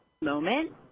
moment